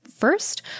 First